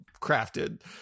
crafted